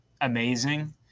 amazing